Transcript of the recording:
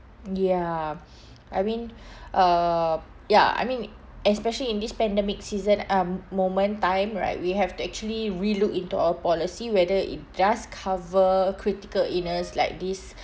ya I mean uh ya I mean especially in this pandemic season um moment time right we have to actually relook into our policy whether it just cover critical illness like these